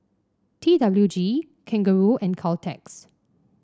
T W G Kangaroo and Caltex